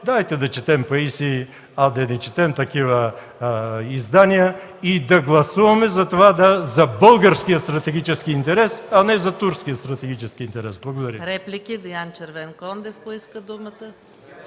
дайте да четем Паисий, а да не четем такива издания, и да гласуваме за българския стратегически интерес, а не за турския стратегически интерес. Благодаря.